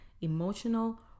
emotional